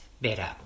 better